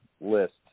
list